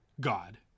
God